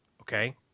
okay